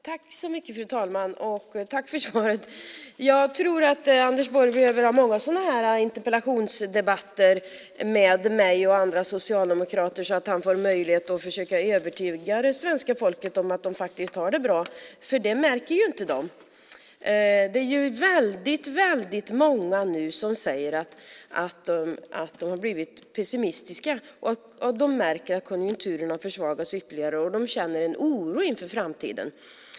Fru talman! Tack för svaret! Jag tror att Anders Borg behöver ha många interpellationsdebatter med mig och andra socialdemokrater så att han får möjlighet att försöka övertyga det svenska folket om att de faktiskt har det bra, för det märker de inte. Det är väldigt många som nu säger att de har blivit pessimistiska. De märker att konjunkturen har försvagats ytterligare, och de känner en oro inför framtiden.